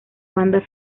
banda